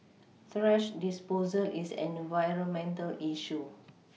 thrash disposal is an environmental issue